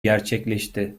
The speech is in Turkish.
gerçekleşti